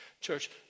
Church